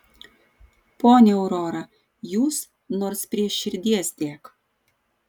ponia aurora jūs nors prie širdies dėk